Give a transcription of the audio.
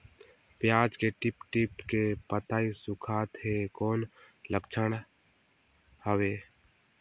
पियाज के टीप टीप के पतई सुखात हे कौन लक्षण हवे?